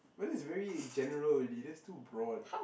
but then that is very general already that's too broad